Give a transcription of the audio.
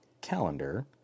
calendar